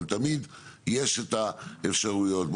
אבל תמיד יש את האפשרויות פה,